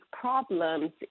problems